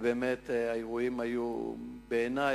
והאירועים היו בעיני,